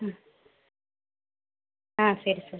ம் ஆ சரி சார்